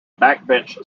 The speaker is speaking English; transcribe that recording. backbench